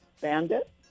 Bandit